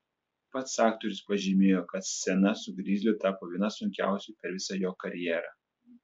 pats aktorius pažymėjo kad scena su grizliu tapo viena sunkiausių per visą jo karjerą